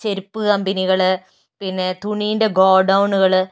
ചെരുപ്പ് കമ്പനികള് പിന്നെ തുണിൻ്റെ ഗോ ഡൗണുകള്